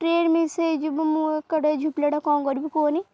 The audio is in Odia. ଟ୍ରେନ୍ ମିସ୍ ହେଇଯିବୁ ମୁଁ ଏକାଟିଆ ଝିଅ ପିଲାଟା କ'ଣ କରିବି କୁହନି